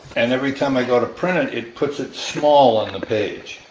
and every time i go to print it, it puts it small on the page.